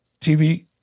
TV